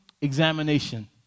examination